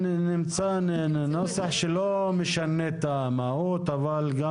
נמצא נוסח שלא משנה את המהות אבל גם